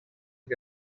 que